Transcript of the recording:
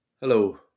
Hello